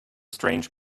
strange